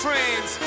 Friends